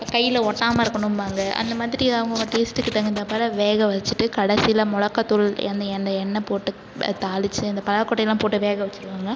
இப்போ கையில ஒட்டமாக இருக்கனும்பாங்க அந்த மாதிரி அவங்கவுங்க டேஸ்ட்டுக்கு தகுந்தாப்பில வேக வச்சிட்டு கடைசில மிளக்காத்தூள் எந்தய எந்தய எண்ணெய் போட்டு தாளிச்சு அந்த பலாக்கொட்டையலாம் போட்டு வேக வச்சிருவாங்க